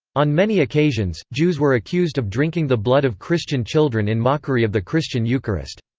on many occasions, jews were accused of drinking the blood of christian children in mockery of the christian eucharist.